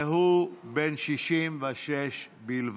והוא בן 66 בלבד.